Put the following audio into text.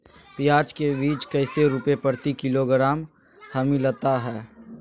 प्याज के बीज कैसे रुपए प्रति किलोग्राम हमिलता हैं?